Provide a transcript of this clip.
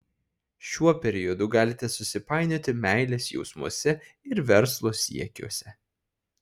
šiuo periodu galite susipainioti meilės jausmuose ir verslo siekiuose